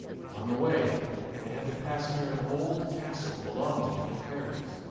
on the way they had to pass near an old castle belonging to the fairies.